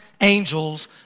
angels